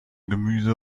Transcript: gemüse